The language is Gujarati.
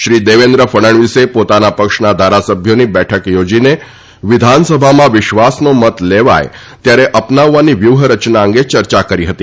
શ્રી દેવેન્દ્ર ફડણવીસે પોતાના પક્ષના ધારાસભ્યોની બેઠક થોજીને વિધાનસભામાં વિશ્વાસનો મત લેવાય ત્યારે અપનાવવાની વ્યુહરચના અંગે ચર્ચા કરી હતી